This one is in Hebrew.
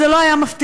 זה לא היה מפתיע.